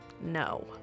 no